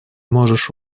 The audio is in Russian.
можешь